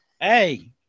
Hey